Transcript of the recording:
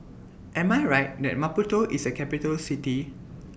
Am I Right that Maputo IS A Capital City